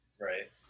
right